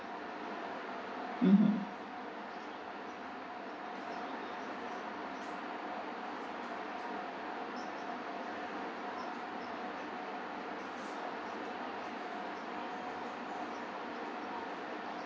mmhmm